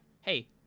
hey